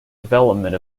development